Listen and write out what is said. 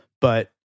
But-